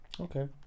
Okay